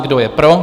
Kdo je pro?